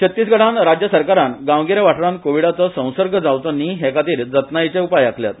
छत्तीसगडान राज्य सरकारान गांवगिरे वाठारान कोविडाचो संसर्ग जावचो न्ही हे खातीर जतनायेचे उपाय आखल्यात